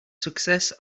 success